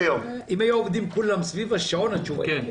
היו עובדים סביב השעון, התשובה היא כן.